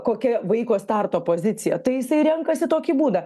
kokia vaiko starto pozicija tai jisai renkasi tokį būdą